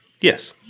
Yes